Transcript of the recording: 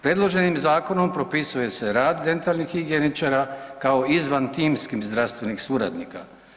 Predloženim zakonom propisuje se rad dentalnih higijeničara, kao izvan timskim zdravstvenih suradnika.